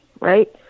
right